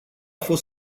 fost